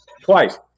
twice